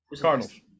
Cardinals